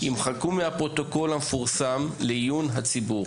ימחקו מהפרוטוקול המפורסם לעיון הציבור